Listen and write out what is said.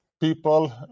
people